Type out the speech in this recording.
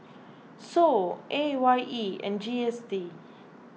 Sou A Y E and G S T